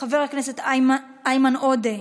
חבר הכנסת איימן עודה,